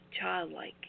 childlike